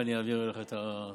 ואני אעביר אליך את התוצאות.